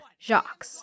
Jacques